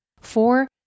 Four